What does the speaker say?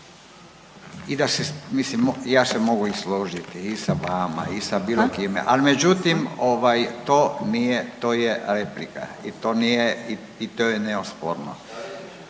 I da se mislim ja se mogu i složiti i sa vama i sa bilo kime, al međutim to nije to je replika i to je neosporno